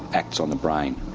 acts on the brain,